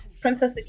Princess